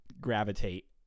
gravitate